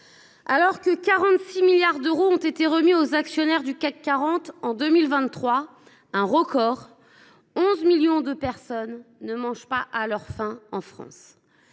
Alors que 46 milliards d’euros ont été remis aux actionnaires du CAC 40 en 2023 – un record !–, 11 millions de personnes ne mangent pas à leur faim en France.